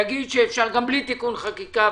תגיד שאפשר גם בלי תיקון חקיקה,